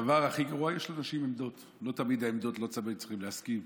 יש לאנשים עמדות ולא תמיד צריך להסכים.